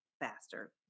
faster